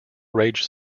rage